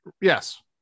Yes